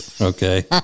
okay